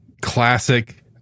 classic